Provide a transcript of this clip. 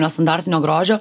nestandartinio grožio